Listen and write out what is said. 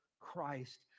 Christ